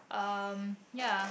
um ya